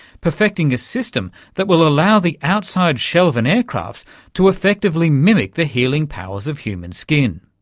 perfecting a system that will allow the outside shell of an aircraft to effectively mimic the healing powers of human skin.